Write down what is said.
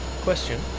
Question